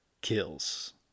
kills